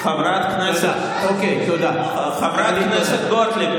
חברת הכנסת גוטליב,